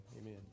Amen